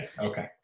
Okay